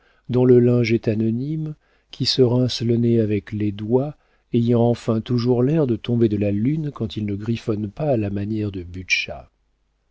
dont le linge est anonyme qui se rince le nez avec les doigts ayant enfin toujours l'air de tomber de la lune quand il ne griffonne pas à la manière de